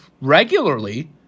regularly